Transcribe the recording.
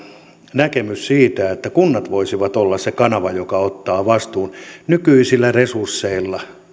näkemys että kunnat voisivat olla se kanava joka ottaa vastuun on nykyisillä resursseilla